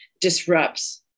disrupts